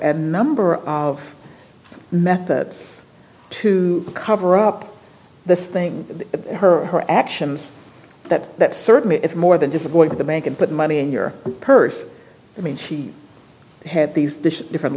a number of methods to cover up the thing her actions that that certainly is more than just what the bank and put money in your purse i mean she had these different